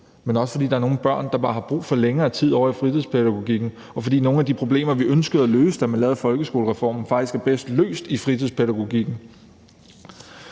men også i forhold til, at der er nogle børn, der bare har brug for længere tid ovre i fritidsordningen, og fordi nogle af de problemer, vi ønskede at løse, da vi lavede folkeskolereformen, faktisk er bedst løst i fritidspædagogikken.